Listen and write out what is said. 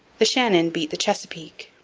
the shannon beat the chesapeake.